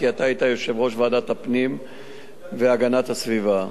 כי אתה היית יושב-ראש ועדת הפנים והגנת הסביבה,